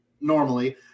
normally